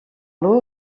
meló